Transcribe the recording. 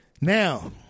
now